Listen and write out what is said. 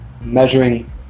measuring